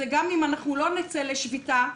וגם אם אנחנו לא נצא לשביתה,